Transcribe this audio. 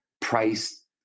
price